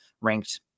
ranked